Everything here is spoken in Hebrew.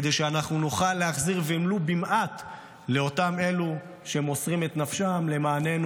כדי שאנחנו נוכל להחזיר ולו במעט לאותם אלו שמוסרים את נפשם למעננו